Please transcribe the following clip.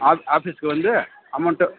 ஆ ஆஃபீஸ்க்கு வந்து அமௌன்ட்டை